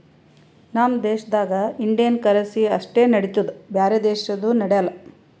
ನಮ್ ದೇಶದಾಗ್ Indian currency ಅಷ್ಟೇ ನಡಿತ್ತುದ್ ಬ್ಯಾರೆ ದೇಶದು ನಡ್ಯಾಲ್